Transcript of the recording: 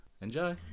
Enjoy